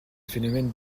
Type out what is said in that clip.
phénomène